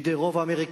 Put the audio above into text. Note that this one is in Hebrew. בידי רוב אמריקני,